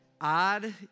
odd